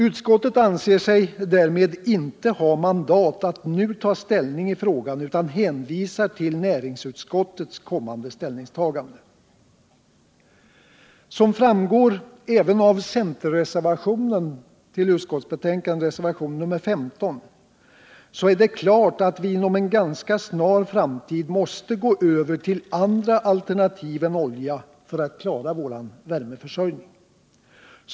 Utskottet anser sig emellertid inte ha mandat att nu ta ställning i frågan, utan hänvisar till näringsutskottets kommande ställningstagande. Som framgår även av centerreservationen nr 15 är det klart att vi inom en ganska snar framtid måste gå över till andra alternativ än olja för att klara vår värmeförsörjning.